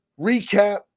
recap